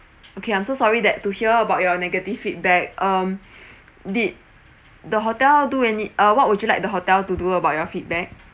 okay I'm so sorry that to hear about your negative feedback um did the hotel do any uh what would you like the hotel to do about your feedback